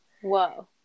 Whoa